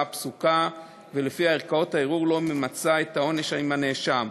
הפסוקה שלפיה ערכאות הערעור לא ממצות את העונש עם הנאשם.